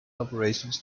operations